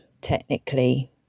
technically